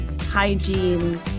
hygiene